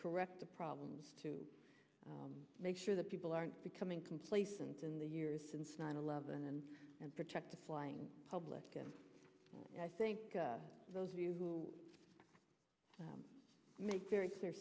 correct the problems to make sure that people aren't becoming complacent in the years since nine eleven and and protect the flying public and i think those of you who make very clear